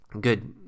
good